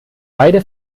beide